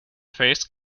faced